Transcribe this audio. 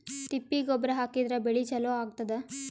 ತಿಪ್ಪಿ ಗೊಬ್ಬರ ಹಾಕಿದ್ರ ಬೆಳಿ ಚಲೋ ಆಗತದ?